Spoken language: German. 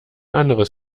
anderes